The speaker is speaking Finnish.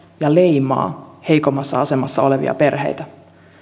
ja leimaa heikommassa asemassa olevia perheitä